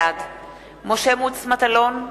בעד משה מטלון,